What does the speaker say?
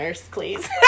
please